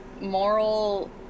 moral